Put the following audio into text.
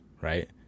right